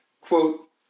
Quote